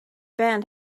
band